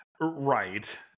right